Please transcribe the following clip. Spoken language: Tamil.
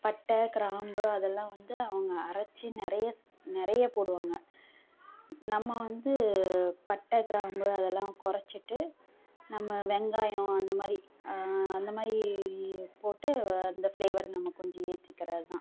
பட்டை கிராம்பு அதெல்லாம் வந்து அவங்க அரைச்சி நிறையா நிறையா போடுவாங்க நம்ம வந்து பட்டை கிராம்பு அதெல்லாம் கொறைச்சிட்டு நம்ம வெங்காயம் அந்தமாதிரி அந்தமாதிரி போட்டு இந்த ஃப்ளேவர் நம்ம கொஞ்சம் ஏற்றிக்கிறது தான்